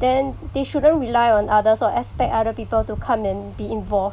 then they shouldn't rely on others or expect other people to come and be involved